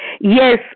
Yes